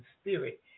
spirit